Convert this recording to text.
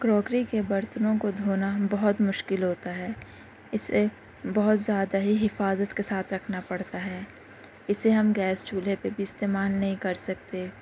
crockery کے برتنوں کو دھونا بہت مشکل ہوتا ہے اِسے بہت زیادہ ہی حفاظت کے ساتھ رکھنا پڑتا ہے اِسے ہم گیس چولہے پہ بھی استعمال نہیں کر سکتے